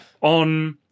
on